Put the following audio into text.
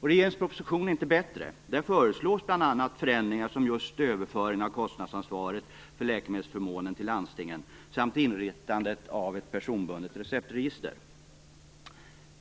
Regeringens proposition är inte bättre. Där föreslås bl.a. förändringar som just överföringen av kostnadsansvaret för läkemedelsförmånen till landstingen samt inrättande av personbundet receptregister.